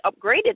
upgraded